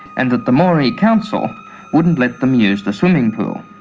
and that the moree council wouldn't let them use the swimming pool.